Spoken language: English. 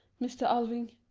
mr. alving